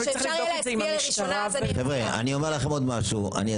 מהערות שקיבלתי ממשרד הבריאות הבנתי שצריך לדייק את זה: בעל מומחיות ב,